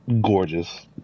Gorgeous